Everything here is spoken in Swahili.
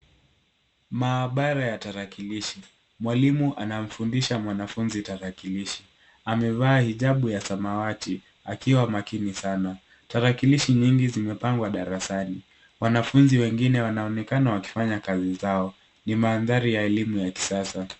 Maabara ya tarakilishi. Mwalimu anamfundisha mwanafunzi tarakilishi. Amevaa hijabu ya samawati, akiwa makini sana. Tarakilishi nyingi zimepangwa darasani. Wanafunzi wengine wanaonekana wakifanya kazi zao. Ni mandhari ya elimu ya kisasa.